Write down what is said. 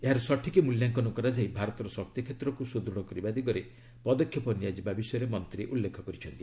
ଏହାର ସଠିକ୍ ମୂଲ୍ୟାଙ୍କନ କରାଯାଇ ଭାରତର ଶକ୍ତିକ୍ଷେତ୍ରକୁ ସୁଦୂଢ଼ କରିବା ଦିଗରେ ପଦକ୍ଷେପ ନିଆଯିବା ବିଷୟରେ ମନ୍ତ୍ରୀ ଉଲ୍ଲେଖ କରିଛନ୍ତି